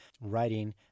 writing